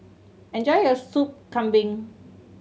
enjoy your Sup Kambing